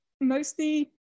mostly